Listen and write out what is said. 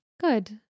Good